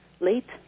Late